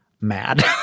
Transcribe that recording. mad